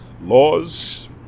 Laws